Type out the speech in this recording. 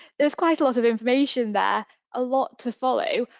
there's quite a lot of information there, a lot to follow.